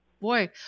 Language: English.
boy